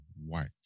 white